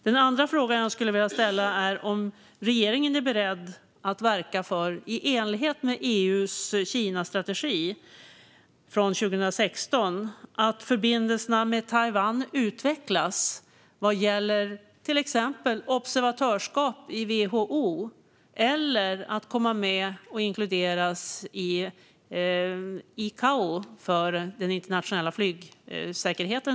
Den andra frågan gäller om regeringen är beredd att verka för, i enlighet med EU:s Kinastrategi från 2016, att förbindelserna med Taiwan utvecklas vad gäller till exempel observatörskap i WHO eller att inkluderas i ICAO i fråga om den internationella flygsäkerheten.